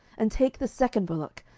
and take the second bullock,